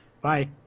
Bye